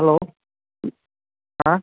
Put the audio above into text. hello હા